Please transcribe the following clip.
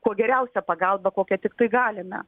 kuo geriausią pagalbą kokią tiktai galime